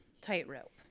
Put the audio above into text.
tightrope